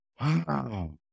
Wow